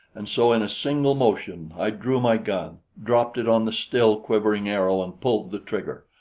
and so in a single motion, i drew my gun, dropped it on the still quivering arrow and pulled the trigger.